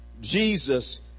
Jesus